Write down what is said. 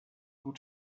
gut